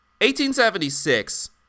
1876